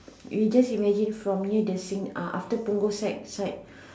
you just imagine from near the sink uh after Punggol side side